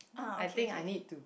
I think I need to be